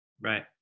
Right